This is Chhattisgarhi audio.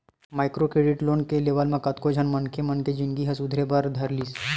माइक्रो क्रेडिट लोन के लेवब म कतको झन मनखे मन के जिनगी ह सुधरे बर धर लिस